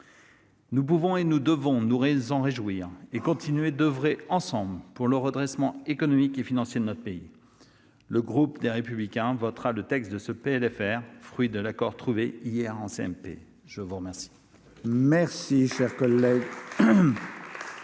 Nous pouvons et nous devons nous en réjouir et continuer d'oeuvrer ensemble pour le redressement économique et financier de notre pays. Le groupe Les Républicains votera ce PLFR, fruit de l'accord trouvé hier en commission mixte